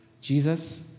Jesus